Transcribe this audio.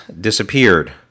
disappeared